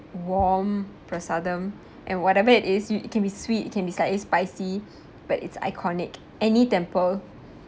warm prasadam and whatever it is you it can be sweet can be slightly spicy but it's iconic any temple